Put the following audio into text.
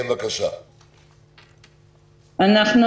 אז אני